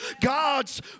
God's